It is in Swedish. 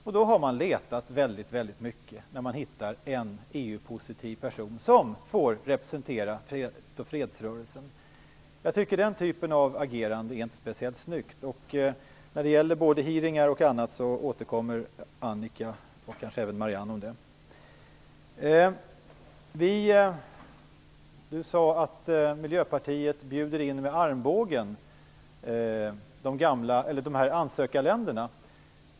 Man måste då ha letat väldigt mycket när man hittar en EU-positiv person som får representera fredsrörelsen. Jag tycker inte att den typen av agerande är särskilt snyggt. När det gäller hearingar och annat återkommer som sagt Annika Nordgren och kanske även Marianne Samuelsson. Sten Tolgfors sade att Miljöpartiet bjuder in ansökarländerna med armbågarna.